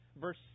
Verse